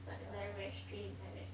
like very very strange like that